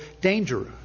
dangerous